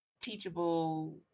teachable